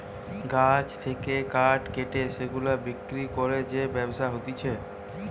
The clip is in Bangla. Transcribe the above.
গাছ থেকে কাঠ কেটে সেগুলা বিক্রি করে যে ব্যবসা হতিছে